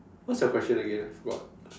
what's your question again I forgot